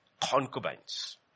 concubines